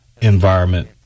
environment